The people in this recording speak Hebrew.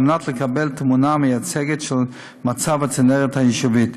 על מנת לקבל תמונה מייצגת של מצב הצנרת היישובית.